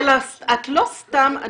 את לא סתם.